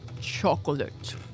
chocolate